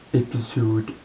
episode